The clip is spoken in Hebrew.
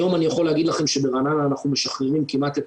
היום אני יכול להגיד לכם שברעננה אנחנו משחררים כמעט את